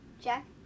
Jack